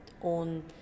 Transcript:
on